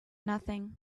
nothing